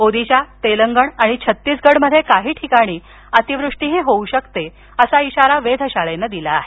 ओदिशा तेलंगण आणि छत्तीसगड मध्ये काही ठिकाणी अतिवृष्टीही होऊ शकते असा इशारा वेधशाळेनं दिला आहे